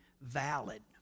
valid